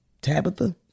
Tabitha